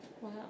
wow